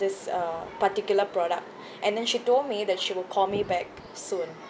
this uh particular product and then she told me that she will call me back soon